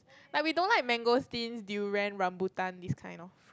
like we don't like mangosteens durians rambutan this kind of